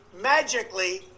magically